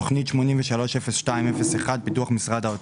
תכנית 83-02-01, פיתוח משרד האוצר.